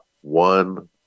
one